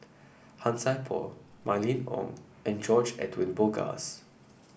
Han Sai Por Mylene Ong and George Edwin Bogaars